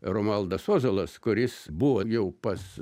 romualdas ozolas kuris buvo jau pas